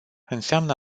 înseamnă